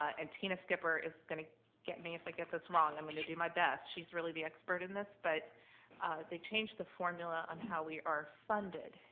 and tina skipper is going to get me if i get this wrong. i'm going to do my best. she's really the expert in this. but they changed the formula on how we are funded.